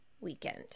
weekend